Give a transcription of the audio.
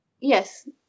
Yes